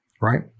right